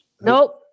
Nope